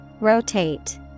Rotate